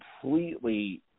completely